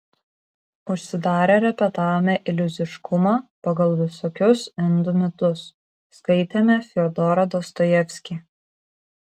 užsidarę repetavome iliuziškumą pagal visokius indų mitus skaitėme fiodorą dostojevskį